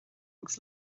agus